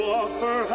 offer